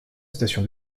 station